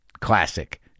Classic